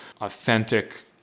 authentic